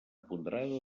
ponderada